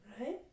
Right